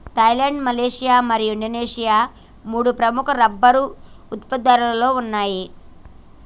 Thailand, Malaysia మరియు Indonesia మూడు ప్రముఖ రబ్బరు ఉత్పత్తిదారులలో ఉన్నాయి